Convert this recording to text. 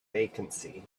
vacancy